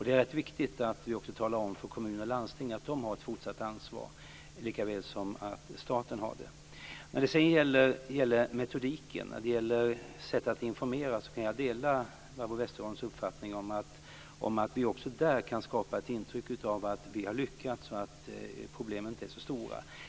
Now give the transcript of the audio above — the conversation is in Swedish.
Det är rätt viktigt att vi också talar om för kommun och landsting att de har ett fortsatt ansvar likaväl som att staten har det. När det sedan gäller metodiken och sättet att informera kan jag dela Barbro Westerholms uppfattning om att vi också där kan skapa ett intryck av att vi har lyckats och att problemen inte är så stora.